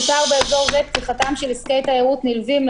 תותר באזור זה פתיחתם של עסקי תיירות נלווים,